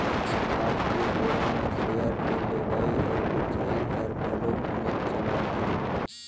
आज के बेरा म सेयर के लेवई अउ बेचई हर घलौक बनेच चलत हे